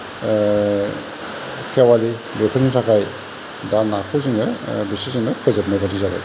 खेवालि बेफोरनि थाखाय दा नाखौ जोङो बिसोरजोंनो फोजोबनाय बायदि जाबाय